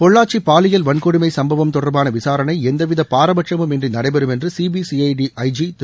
பொள்ளாச்சி பாலியல் வள்கொடுமை சம்பவம் தொடர்பான விசாரணை எந்தவித பாரபட்சமுமின்றி நடைபெறும் என்று சிபிசிஐடி ஐஜி திரு